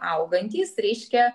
augantys ryškia